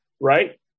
Right